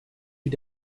wie